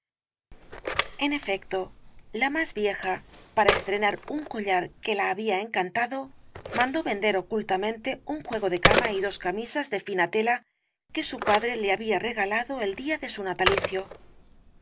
en efecto la más vieja para estrenar un collar que la había encantado mandó vender ocultamente un juego de cama y dos camisas de fina tela que su padre le había regalado el día de su natalicio